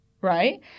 right